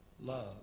Love